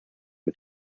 mit